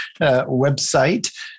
website